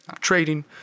trading